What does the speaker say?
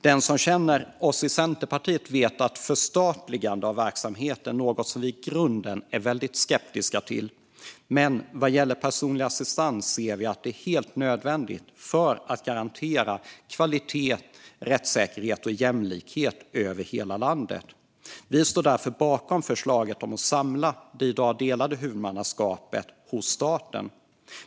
Den som känner oss i Centerpartiet vet att förstatligande av verksamheter är något som vi i grunden är väldigt skeptiska till, men vad gäller personlig assistans ser vi att det är helt nödvändigt för att garantera kvalitet, rättssäkerhet och jämlikhet över hela landet. Vi står därför bakom förslaget om att samla det i dag delade huvudmannaskapet hos staten.